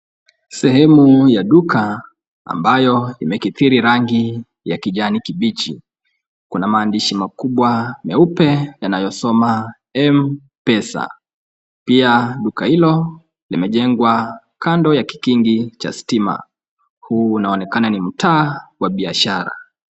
Sehemu ya duka ambayo imekithiri rangi ya kijani kibichi. Kuna maandishi makubwa meupe yanayosoma MPESA. Pia duka hilo limejengwa kando ya kikingi cha stima. Huu unaonekana ni mtaa wa biashara.